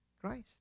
Christ